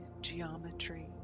geometry